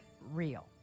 real